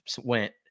went